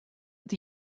dit